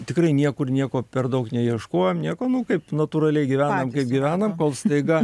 tikrai niekur nieko per daug neieškojom nieko nu kaip natūraliai gyvenam kaip gyvenam kol staiga